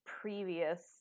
previous